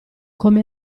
come